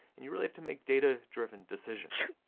and you really have to make data-driven decisions.